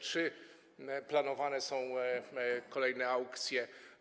Czy planowane są kolejne aukcje?